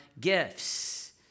gifts